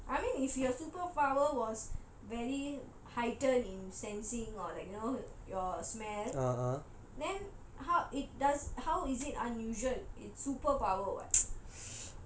I mean if your super power was very heightened in sensing or like you know your smell then how it does how is it unusual it's superpower [what]